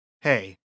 Hey